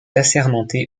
assermenté